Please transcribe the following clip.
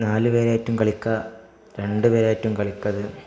നാല് പേരായിട്ടും കളിക്കാം രണ്ടു പേരായിട്ടും കളിക്കാത്